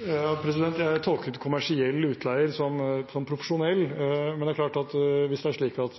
Jeg tolket «kommersielle utleiere» som «profesjonelle». Men det er klart at hvis det er slik at